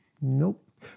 Nope